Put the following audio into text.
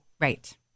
Right